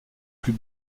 plus